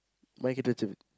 might get to back to it